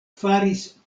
faris